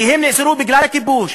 כי הם נאסרו בגלל הכיבוש,